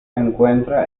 encuentra